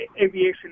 aviation